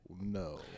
No